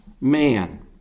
man